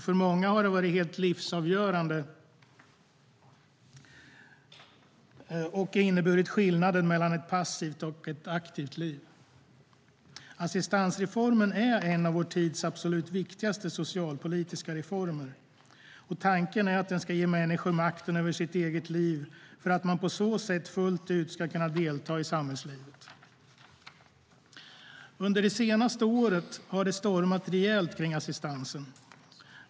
För många har det varit helt livsavgörande och inneburit skillnaden mellan ett passivt liv och ett aktivt liv. Assistansreformen är en av vår tids absolut viktigaste socialpolitiska reformer. Tanken med den är att människor ska ges makt över sina liv för att på så sätt fullt ut kunna delta i samhällslivet. Under det senaste året har det stormat rejält kring assistansen.